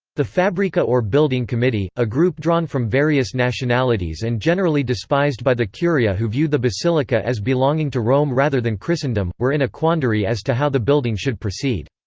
the fabbrica or building committee, a group drawn from various nationalities and generally despised by the curia who viewed the basilica as belonging to rome rather than christendom, were in a quandary as to how the building should proceed.